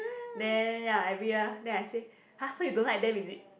then ya every year then I say !huh! so you don't like them is it